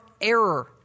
error